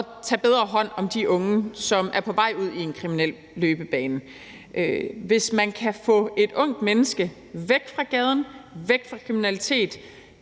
at tage bedre hånd om de unge, som er på vej ud i en kriminel løbebane. Hvis vi kan få et ungt menneske væk fra gaden, væk fra kriminalitet,